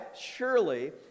surely